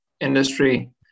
industry